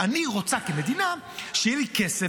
אני רוצה כמדינה שיהיה לי כסף,